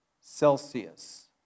Celsius